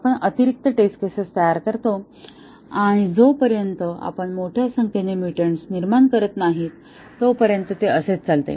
आपण अतिरिक्त test cases तयार करतो आणि जोपर्यंत आपण मोठ्या संख्येने म्युटंटस निर्माण करत नाही तोपर्यंत ते असेच चालते